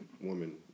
woman